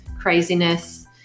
craziness